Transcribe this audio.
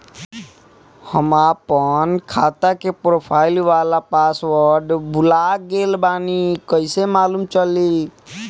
हम आपन खाता के प्रोफाइल वाला पासवर्ड भुला गेल बानी कइसे मालूम चली?